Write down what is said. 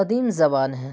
قدیم زبان ہے